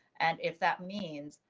and if that means.